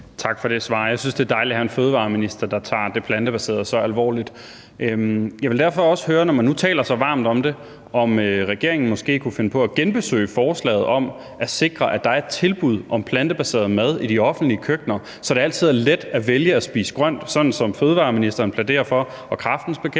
Tak for det svar. Jeg synes, det er dejligt at have en fødevareminister, der tager det plantebaserede så alvorligt. Jeg vil derfor også høre, om regeringen, når man nu taler så varmt om det, måske kunne finde på at genbesøge forslaget om at sikre, at der er et tilbud om plantebaseret mad i de offentlige køkkener, så det altid er let at vælge at spise grønt, sådan som fødevareministeren, Kræftens Bekæmpelse